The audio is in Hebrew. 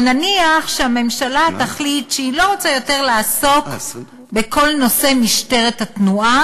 או נניח שהממשלה תחליט שהיא לא רוצה יותר לעסוק בכל נושא משטרת התנועה,